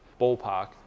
ballpark